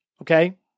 Okay